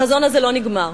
החזון הזה לא נגמר.